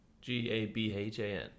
G-A-B-H-A-N